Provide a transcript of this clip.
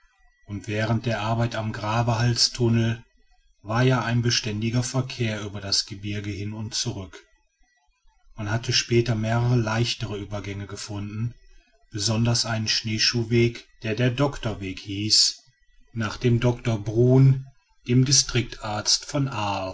und während der arbeit am gravehalstunnel war ja ein beständiger verkehr über das gebirge hin und zurück man hatte später mehrere leichtere übergänge gefunden besonders einen schneeschuhweg der der doktorweg hieß nach dem dr bruun dem distriktarzt von l